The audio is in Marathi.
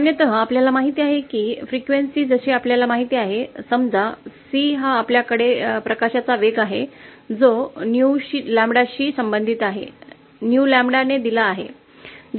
सामान्यत आपल्याला माहिती आहे की वारंवारता जसे आपल्याला माहिती आहे समजा C हा आपल्याकडे प्रकाशचा वेग आहे जो neu ƛ शी संबंधित आहे neu ƛ ने दिला आहे